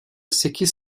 sekiz